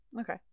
okay